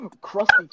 crusty